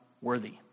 worthy